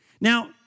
Now